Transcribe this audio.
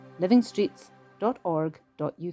livingstreets.org.uk